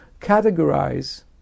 categorize